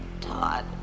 Todd